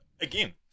again